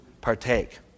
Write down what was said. partake